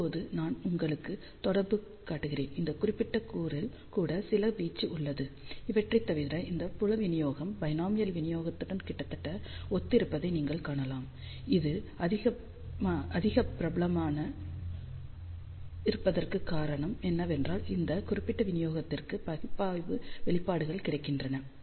இப்போது நான் உங்களுக்கு தொடர்பு காட்டுகிறேன் இந்த குறிப்பிட்ட கூறில் கூட சில வீச்சு உள்ளது இவற்றை தவிர இந்த புல விநியோகம் பைனாமியல் விநியோகத்துடன் கிட்டத்தட்ட ஒத்திருப்பதை நீங்கள் காணலாம் இது அதிக பிரபலமாக இருப்பதற்கான காரணம் என்னவென்றால் இந்த குறிப்பிட்ட விநியோகத்திற்கு பகுப்பாய்வு வெளிப்பாடுகள் கிடைக்கின்றன